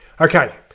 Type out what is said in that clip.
Okay